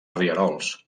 rierols